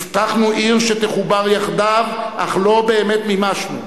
הבטחנו עיר שתחובר יחדיו אך לא באמת מימשנו.